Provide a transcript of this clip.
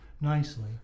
nicely